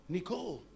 Nicole